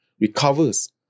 recovers